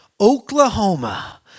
Oklahoma